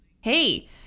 hey